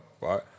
right